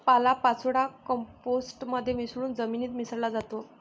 पालापाचोळा कंपोस्ट मध्ये मिसळून जमिनीत मिसळला जातो